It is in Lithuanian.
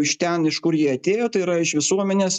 iš ten iš kur jie atėjo tai yra iš visuomenės